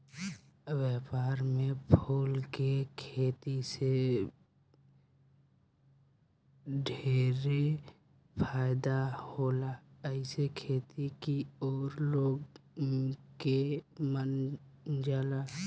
व्यापार में फूल के खेती से ढेरे फायदा होला एसे खेती की ओर लोग के मन जाला